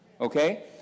Okay